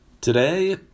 Today